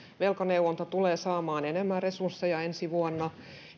velkaneuvonta tulee saamaan enemmän resursseja ensi vuonna